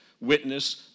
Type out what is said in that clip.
witness